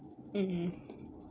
mmhmm